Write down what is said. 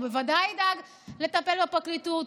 הוא בוודאי ידאג לטפל בפרקליטות,